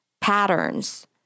patterns